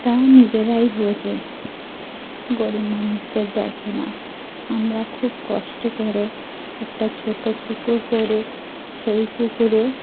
তা রা নিজেরাই বোঝে গরিব মানুষদের দেখে না আমরা খুব কষ্ট করে একটা ছোটো পুকুর করে সেই পুকুরে